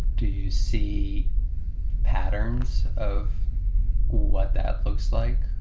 do you see patterns of what that looks like?